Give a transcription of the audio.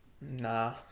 nah